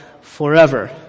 forever